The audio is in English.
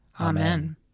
Amen